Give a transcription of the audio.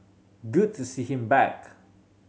good to see him back